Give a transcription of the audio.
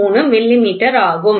03 millimetre ஆகும்